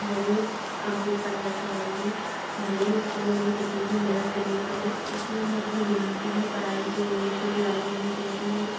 ज़रूर कम्पीट करना चाहूँगी भले ही उसके लिए मुझे कितनी भी मेहनत करनी पड़े इस लिए मैं अपनी बहन की भी पढ़ाई जो है छोटी वाली मेरी बहन है